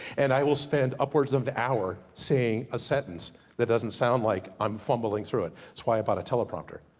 and i will spend upwards of an hour saying a sentence that doesn't sound like i'm fumbling through it. it's why i bought a teleprompter.